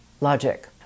logic